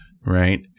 right